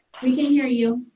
we can hear you.